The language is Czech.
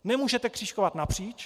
Nemůžete křížkovat napříč.